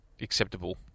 acceptable